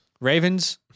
Ravens